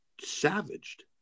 savaged